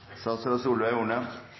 statsråd Solveig Horne.